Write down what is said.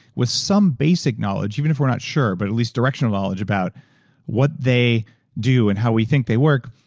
with some basic knowledge, even if we're not sure but at least directional knowledge about what they do and how we think they work,